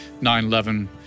9-11